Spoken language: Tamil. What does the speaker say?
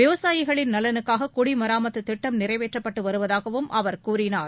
விவசாயிகளின் நலனுக்காக குடிமராமத்து திட்டம் நிறைவேற்றப்பட்டு வருவதாகவும் அவர் கூறினார்